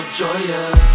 joyous